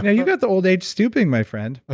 yeah you got the old age stooping, my friend